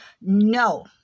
No